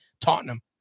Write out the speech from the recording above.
Tottenham